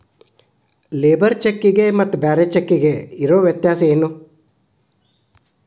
Labour ಚೆಕ್ಕಿಗೆ ಮತ್ತ್ ಬ್ಯಾರೆ ಚೆಕ್ಕಿಗೆ ಇರೊ ವ್ಯತ್ಯಾಸೇನು?